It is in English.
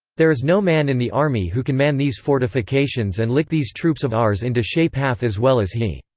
there is no man in the army who can man these fortifications and lick these troops of ours into shape half as well as he.